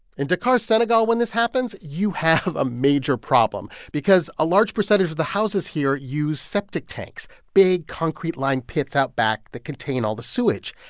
in dakar, senegal, when this happens, you have a major problem because a large percentage of the houses here use septic tanks big, concrete-lined pits out back that contain all the sewage.